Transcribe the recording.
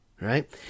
right